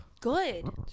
Good